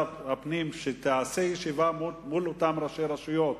פנינו אל שר הפנים שתיעשה ישיבה מול אותם ראשי רשויות